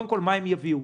מה הם יביאו?